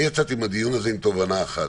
יצאתי מהדיון הזה עם תובנה אחת,